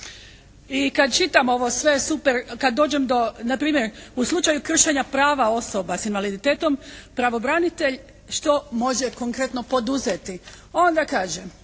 I kad čitam ovo sve super, kad dođem do, na primjer u slučaju kršenja prava osoba s invaliditetom pravobranitelj što može konkretno poduzeti? Onda kaže: